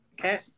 Okay